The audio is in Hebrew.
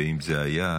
ואם זה היה,